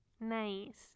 nice